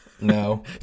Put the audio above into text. No